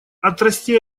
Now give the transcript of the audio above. отрасти